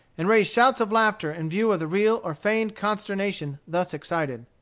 and raise shouts of laughter in view of the real or feigned consternation thus excited.